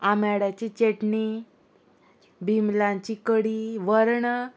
आमेड्याची चेटणी भिमलांची कडी वर्ण